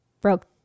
broke